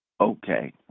Okay